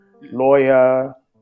lawyer